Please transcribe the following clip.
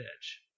edge